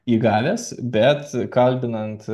įgavęs bet kalbinant